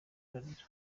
ararira